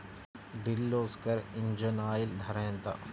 Kirloskar engine oil ధర ఎంత?